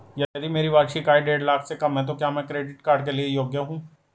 यदि मेरी वार्षिक आय देढ़ लाख से कम है तो क्या मैं क्रेडिट कार्ड के लिए योग्य हूँ?